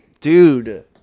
Dude